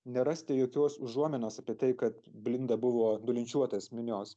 nerasite jokios užuominos apie tai kad blinda buvo nulinčiuotas minios